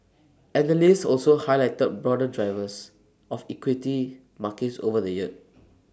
analysts also highlighted broader drivers of equity markets over the year